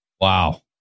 Wow